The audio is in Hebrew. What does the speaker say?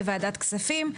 בוועדת הכספים,